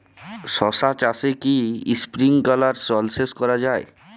শশা চাষে কি স্প্রিঙ্কলার জলসেচ করা যায়?